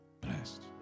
blessed